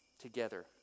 together